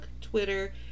Twitter